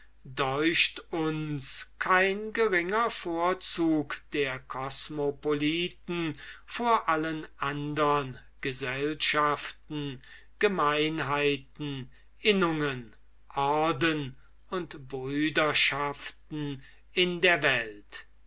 deucht uns kein geringer vorzug der kosmopoliten vor allen andern gesellschaften gemeinheiten innungen orden und brüderschaften in der welt